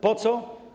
Po co?